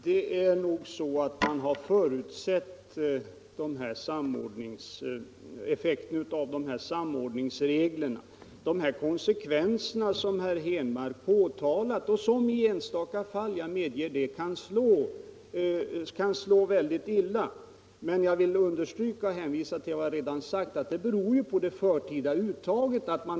Herr talman! Man har nog förutsett effekten av dessa samordningsbestämmelser och de konsekvenser som herr Henmark påtalat och som i enstaka fall — det medger jag - kan innebära en sänkning av totalpensionen. Jag vill dock understryka och hänvisa till vad jag redan har sagt, nämligen att detta beror på det förtida uttaget.